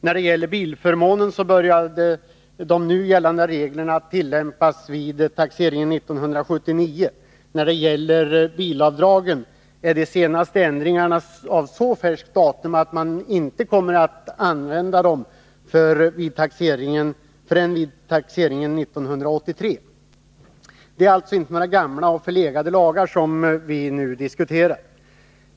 När det gäller bilförmånen började de nu gällande reglerna att tillämpas vid taxeringen 1979. När det gäller reseavdraget är de senaste ändringarna av så färskt datum att man inte kommer att tillämpa bestämmelserna förrän vid taxeringen 1983. Det är alltså inte några gamla och förlegade lagar som vi nu diskuterar.